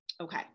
Okay